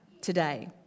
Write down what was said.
today